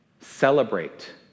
Celebrate